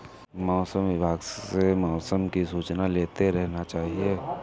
मौसम विभाग से मौसम की सूचना लेते रहना चाहिये?